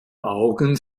augen